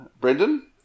Brendan